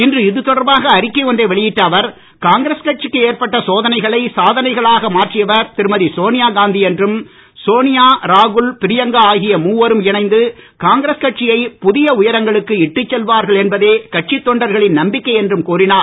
இன்று இது தொடர்பாக அறிக்கை ஒன்றை வெளியிட்ட அவர் காங்கிரஸ் கட்சிக்கு ஏற்பட்ட சோதனைகளை சாதனைகளாக மாற்றியவர் திருமதி சோனியா காந்தி என்றும் சோனியா ராகுல் பிரியங்கா ஆகிய காங்கிரஸ் கட்சியை புதிய உயரங்களுக்கு இட்டுச் செல்வார்கள் என்பதே கட்சி தொண்டர்களின் நம்பிக்கை என்றும் கூறினார்